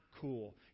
cool